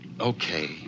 Okay